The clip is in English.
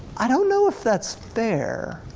i don't know if that's fair.